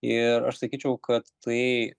ir aš sakyčiau kad tai